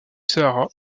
sahara